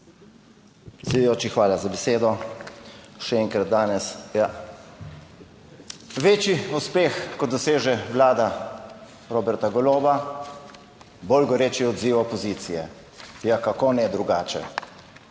Predsedujoči, hvala za besedo še enkrat danes. Večji uspeh kot doseže Vlada Roberta Goloba, bolj goreč odziv opozicije, ja kako ne drugače.